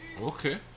okay